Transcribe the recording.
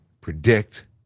predict